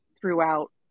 throughout